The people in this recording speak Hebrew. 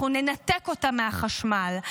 אנחנו ננתק אותה מהחשמל,